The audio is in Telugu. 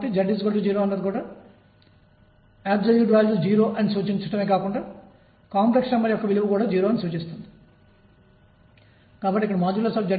కాబట్టి dx వలె v అదే దిశలో ఉంటుంది ఇదియే స్థానభ్రంశండిస్ప్లేస్మెంట్ dx